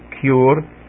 cure